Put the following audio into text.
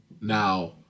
Now